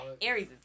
Aries